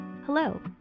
Hello